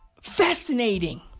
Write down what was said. Fascinating